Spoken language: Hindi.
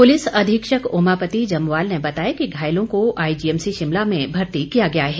पुलिस अधीक्षक ओमापति जमवाल ने बताया कि घायलों को आईजीएमसी शिमला में भर्ती किया गया है